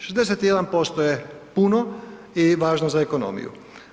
61% je puno i važno za ekonomiju.